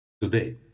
today